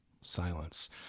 silence